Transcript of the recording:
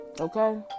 Okay